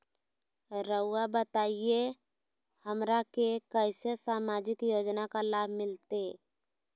रहुआ बताइए हमरा के कैसे सामाजिक योजना का लाभ मिलते?